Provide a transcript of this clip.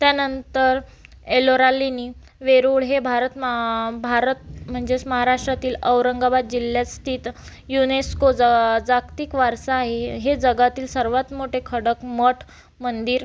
त्यानंतर एलोरा लेणी वेरूळ हे भारत मा भारत म्हणजेच महाराष्ट्रातील औरंगाबाद जिल्ह्यास्थीत युनेस्को ज जागतिक वारसा आहे हे जगातील सर्वात मोठे खडक मठ मंदिर